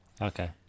Okay